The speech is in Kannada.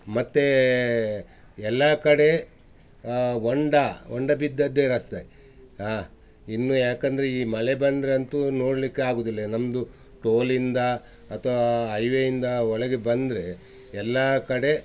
ಮತ್ತು ಎಲ್ಲ ಕಡೆ ಹೊಂಡ ಹೊಂಡ ಬಿದ್ದದ್ದೆ ರಸ್ತೆ ಇನ್ನು ಯಾಕಂದರೆ ಈ ಮಳೆ ಬಂದರಂತೂ ನೋಡಲಿಕ್ಕೆ ಆಗುದಿಲ್ಲ ಇಲ್ಲಿ ನಮ್ಮದು ಟೋಲಿಂದ ಅಥವಾ ಹೈವೆಯಿಂದ ಒಳಗೆ ಬಂದರೆ ಎಲ್ಲ ಕಡೆ